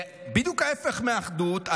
בדיוק ההפך מאחדות,